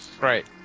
Right